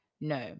No